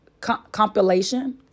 Compilation